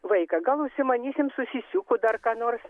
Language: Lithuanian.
vaiką gal užsimanysim su sysiuku dar ką nors